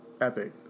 epic